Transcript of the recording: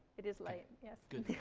it is light, yes.